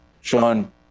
Sean